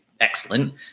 excellent